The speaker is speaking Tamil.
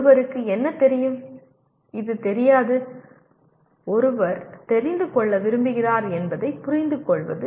ஒருவருக்கு என்ன தெரியும் எது தெரியாது ஒருவர் தெரிந்து கொள்ள விரும்புகிறார் என்பதைப் புரிந்துகொள்வது